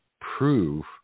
prove